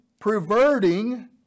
Perverting